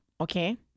Okay